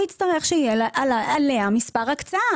הוא יצטרך שיהיה עליה מספר הקצאה.